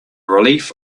relief